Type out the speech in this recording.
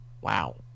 wow